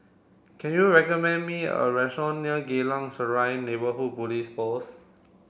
can you recommend me a restaurant near Geylang Serai Neighbourhood Police Post